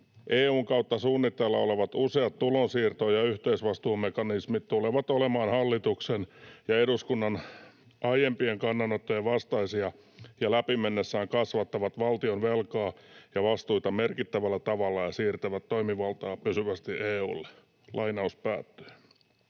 EU:n kautta suunnitteilla olevat useat tulonsiirto- ja yhteisvastuumekanismit tulevat olemaan hallituksen ja eduskunnan aiempien kannanottojen vastaisia ja läpi mennessään kasvattavat valtion velkaa ja vastuita merkittävällä tavalla ja siirtävät toimivaltaa pysyvästi EU:lle.” Kannatan